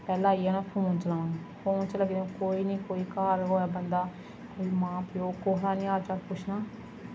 पैह्लें आइयै उन्नै फोन चलाना फोन चलाइयै कोई निं कोई घर होऐ बंदा कोई मां प्यो कुसै गी निं हाल चाल पुच्छना